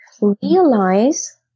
Realize